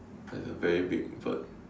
like a very big bird